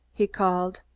he called.